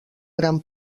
gran